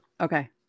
Okay